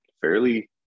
fairly